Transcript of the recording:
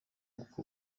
uko